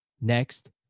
Next